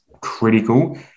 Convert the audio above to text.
critical